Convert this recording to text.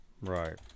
Right